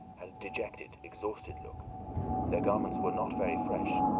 had a dejected, exhausted look their garments were not very fresh,